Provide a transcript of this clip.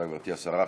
תודה, גברתי השרה.